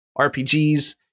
RPGs